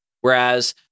Whereas